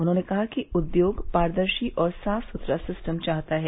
उन्होंने कहा कि उद्योग पारदर्शी और साफ सुथरा सिस्टम चाहता है